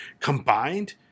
combined